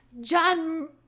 John